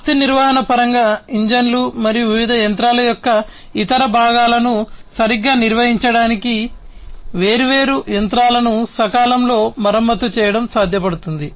ఆస్తి నిర్వహణ పరంగా ఇంజిన్లు మరియు వివిధ యంత్రాల యొక్క ఇతర భాగాలను సరిగ్గా నిర్వహించడానికి వేర్వేరు యంత్రాలను సకాలంలో మరమ్మతు చేయడం సాధ్యపడుతుంది